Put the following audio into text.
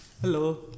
Hello